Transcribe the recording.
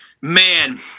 Man